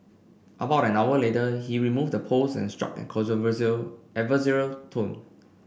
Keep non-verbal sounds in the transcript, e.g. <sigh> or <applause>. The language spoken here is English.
about an hour later he removed the post and struck an <unintelligible> adversarial tone